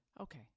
Okay